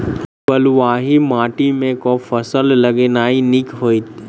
बलुआही माटि मे केँ फसल लगेनाइ नीक होइत?